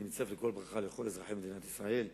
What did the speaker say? אני מצטרף לכל ברכה לכל אזרחי מדינת ישראל.